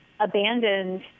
abandoned